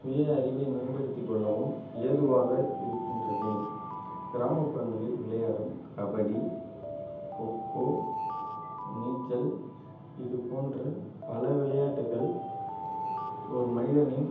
சுய அறிவை மேம்படுத்திக் கொள்ளவும் ஏதுவாக இருக்கின்றது கிராமப்புறங்களில் விளையாடும் கபடி கொக்கோ நீச்சல் இது போன்ற பல விளையாட்டுகள் ஒரு மனிதனின்